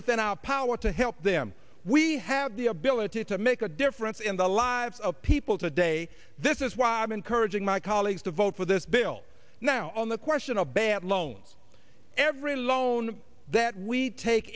within our power to help them we have the ability to make a difference in the lives of people today this is why i'm encouraging my colleagues to vote for this bill now on the question of bad loans every loan that we take